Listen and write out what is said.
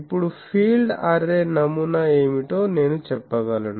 ఇప్పుడు field array నమూనా ఏమిటో నేను చెప్పగలను